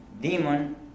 demon